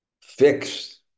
fixed